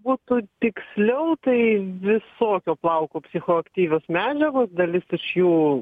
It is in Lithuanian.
būtų tiksliau tai visokio plauko psichoaktyvios medžiagos dalis iš jų